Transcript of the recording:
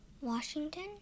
Washington